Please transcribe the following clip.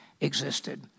existed